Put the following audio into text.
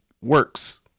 works